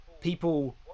people